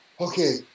okay